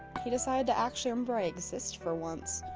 he decided to actually remember i exist for once.